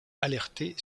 alerter